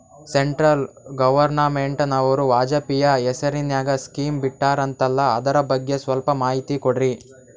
Central ಗವರ್ನಮೆಂಟನವರು ವಾಜಪೇಯಿ ಹೇಸಿರಿನಾಗ್ಯಾ scheme ಬಿಟ್ಟಾರಂತಲ್ಲ ಅದರ ಬಗ್ಗೆ ಸ್ವಲ್ಪ ಮಾಹಿತಿ ಕೊಡ್ರಿ?